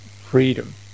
freedom